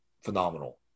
phenomenal